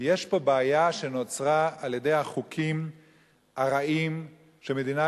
כי יש פה בעיה שנוצרה על-ידי החוקים הרעים שמדינת